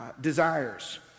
desires